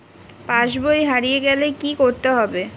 পাশবই হারিয়ে গেলে কি করতে হবে?